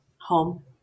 home